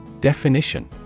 Definition